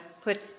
put